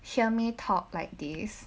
hear me talk like this